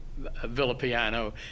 Villapiano